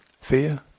Fear